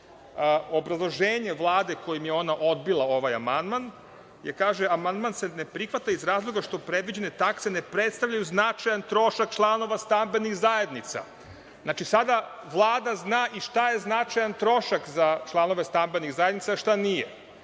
obrazloženju Vlade kojim je ona odbila ovaj amandman kaže se – amandman se ne prihvata iz razloga što predviđene takse ne predstavljaju značajan trošak članova stambenih zajednica. Znači, sada Vlada zna i šta je značajan trošak za članove stambenih zajednica, a šta nije.